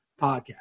Podcast